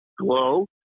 glow